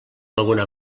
alguna